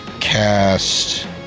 cast